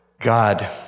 God